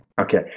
okay